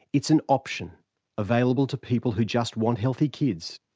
it's an option available to people who just want healthy kids.